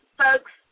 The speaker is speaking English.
folks